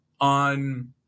on